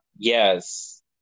Yes